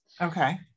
Okay